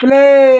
play